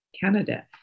Canada